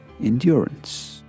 endurance